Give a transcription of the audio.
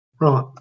Right